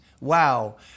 Wow